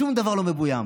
שום דבר לא מבוים.